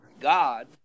God